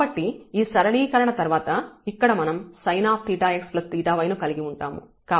కాబట్టి ఈ సరళీకరణ తర్వాత ఇక్కడ మనం sin𝜃x 𝜃y ను కలిగి ఉంటాము